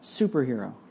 superhero